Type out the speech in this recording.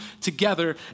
together